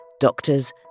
Doctors